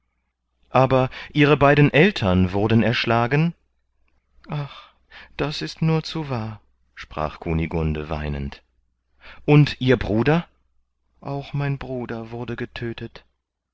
aber ihre beiden aeltern wurden erschlagen ach das ist nur zu wahr sprach kunigunde weinend und ihr bruder auch mein bruder wurde getödtet